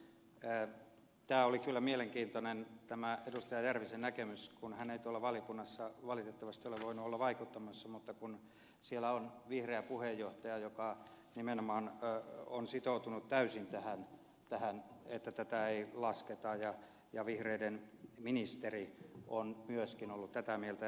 järvisen näkemys oli kyllä mielenkiintoinen kun hän ei tuolla valiokunnassa valitettavasti ole voinut olla vaikuttamassa mutta siellä on vihreä puheenjohtaja joka nimenomaan on sitoutunut täysin tähän että tätä ei lasketa ja vihreiden ministeri on myöskin ollut tätä mieltä